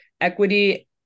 equity